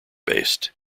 based